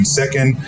second